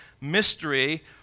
mystery